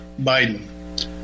Biden